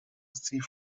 sie